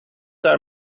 are